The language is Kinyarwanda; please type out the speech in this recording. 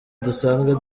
dusanzwe